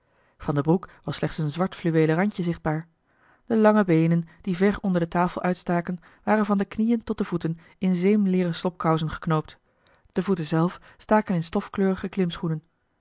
van de broek was slechts een zwart fluweelen randje zichtbaar de lange beenen die ver onder de tafel uitstaken waren van de knieën tot de voeten in zeemleeren slobkousen geknoopt de voeten zelf staken in